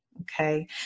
okay